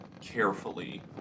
carefully